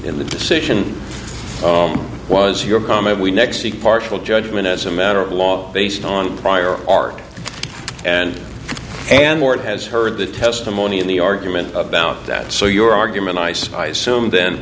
in the decision was your comment we next week partial judgement as a matter of law based on prior arc and and where it has heard the testimony of the argument about that so your argument ice i assume then